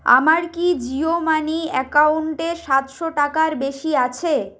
আমার কি জিও মানি অ্যাকাউন্টে সাতশো টাকার বেশি আছে